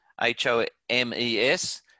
H-O-M-E-S